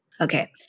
Okay